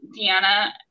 Deanna